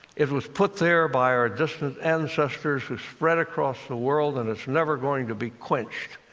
it was put there by our distant ancestors who spread across the world, and it's never going to be quenched.